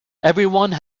everyone